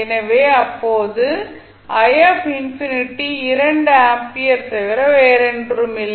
எனவே அப்போது 2 ஆம்பியர் தவிர வேறொன்றுமில்லை